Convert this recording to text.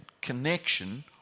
connection